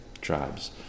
tribes